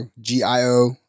G-I-O